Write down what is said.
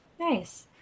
Nice